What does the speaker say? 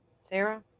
sarah